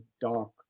dark